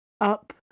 Up